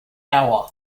power